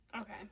Okay